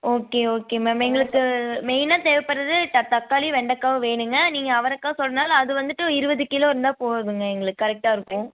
okay okay ma'am எங்களுக்கு மெயினாக தேவைப்படுறது த தக்காளியும் வெண்டைக்காவும் வேணுங்க நீங்கள் அவரைக்கா சொன்னால் அது வந்துவிட்டு இருபது கிலோ இருந்தா போதும்ங்க எங்களுக்கு கரெக்டாக இருக்கும்